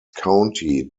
county